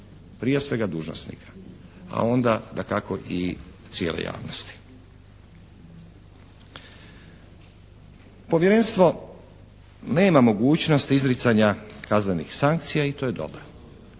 Prije svega dužnosnika, a onda dakako i cijele javnosti. Povjerenstvo nema mogućnosti izricanja kaznenih sankcija i to je dobro.